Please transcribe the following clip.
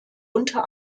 unter